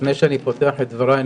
לפני שאני פותח את דבריי,